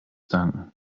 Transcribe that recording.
danken